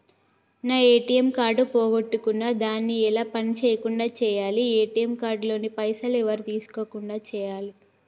నా ATM card పోగొట్టుకున్నా దాన్ని ఎలా పని చేయకుండా చేయాలి ఏ.టి.ఎమ్ కార్డు లోని పైసలు ఎవరు తీసుకోకుండా చేయాలి?